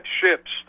ships